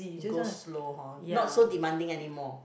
you go slow hor not so demanding anymore